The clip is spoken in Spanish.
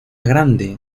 grande